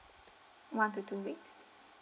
one to two weeks